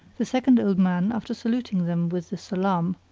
the second old man after saluting them with the salam,